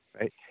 right